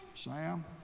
Sam